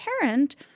parent